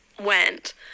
went